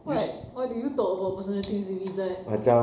what what do you talk about personal things with izat